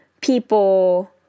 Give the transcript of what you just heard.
people